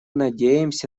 надеемся